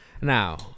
now